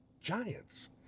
giants